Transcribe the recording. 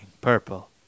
Purple